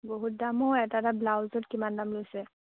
বহুত দামো হয় এটা এটা ব্লাউজত কিমান দাম লৈছে